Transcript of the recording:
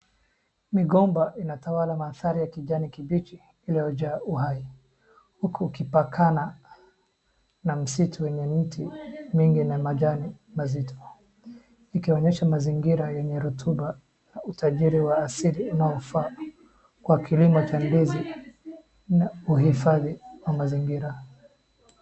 Migomba inatawala mandhari ya kijani kibichi iliyojaa uhai, huku ikipakana na msitu wenye miti mingi na majani mazito. Ikionyesha mazingira yenye rutuba na utajiri wa asili unaofaa kwa kilimo cha ndizi na uhifadhi wa mazingira.